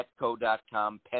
Petco.com